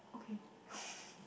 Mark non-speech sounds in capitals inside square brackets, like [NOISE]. okay [LAUGHS]